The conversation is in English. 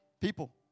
People